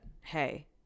hey